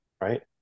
right